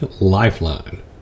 lifeline